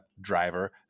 driver